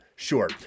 Sure